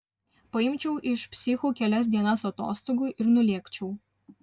paimčiau iš psichų kelias dienas atostogų ir nulėkčiau